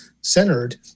centered